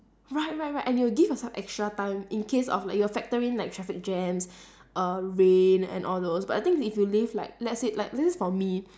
right right right and you'll give yourself extra time in case of like you factor in like traffic jams err rain and all those but the thing is if you leave like let's say like this is for me